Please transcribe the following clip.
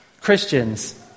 Christians